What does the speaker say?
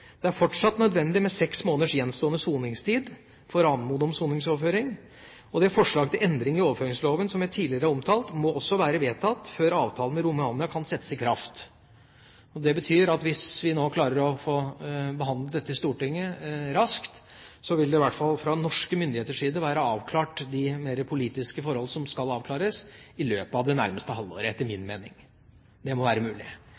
Det er fortsatt nødvendig med seks måneder gjenstående soningstid for å anmode om soningsoverføring. Det forslag til endring i overføringsloven som jeg tidligere har omtalt, må også være vedtatt før avtalen med Romania kan settes i kraft. Det betyr at hvis vi nå klarer å få behandlet dette i Stortinget raskt, vil det i hvert fall fra norske myndigheters side være avklart de mer politiske forhold som skal avklares, i løpet av det nærmeste halvåret, etter min mening. Det må være mulig.